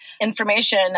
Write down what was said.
information